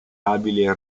abile